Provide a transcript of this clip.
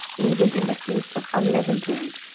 even in the feast of unleavened bread,